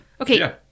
Okay